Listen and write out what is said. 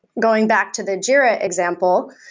going back to the jira example,